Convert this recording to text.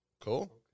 cool